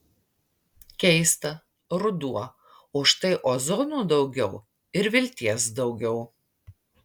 keista ruduo o štai ozono daugiau ir vilties daugiau